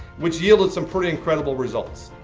which yielded some pretty incredible results.